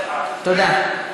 תודה.